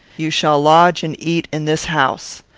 you shall lodge and eat in this house.